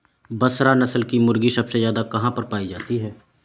बसरा नस्ल की मुर्गी सबसे ज्यादा कहाँ पर पाई जाती है?